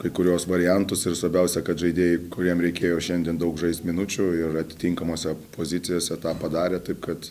kai kuriuos variantus ir svarbiausia kad žaidėjai kuriems reikėjo šiandien daug žaist minučių ir atitinkamose pozicijose tą padarė taip kad